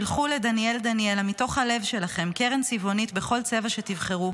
שלחו לדניאל דניאלה מתוך הלב שלכם קרן צבעונית בכל צבע שתבחרו